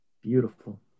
Beautiful